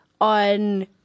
on